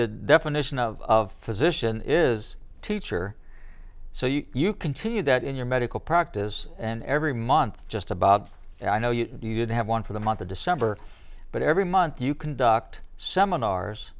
the definition of physician is teacher so you you continue that in your medical practice and every month just about i know you did have one for the month of december but every month you conduct seminars